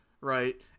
right